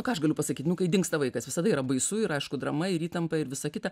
ką aš galiu pasakyt nu kai dingsta vaikas visada yra baisu ir aišku drama ir įtampa ir visa kita